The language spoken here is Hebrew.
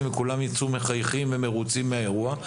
וכולם יצאו מחייכים ומרוצים מהאירוע,